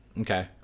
Okay